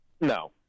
No